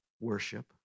Worship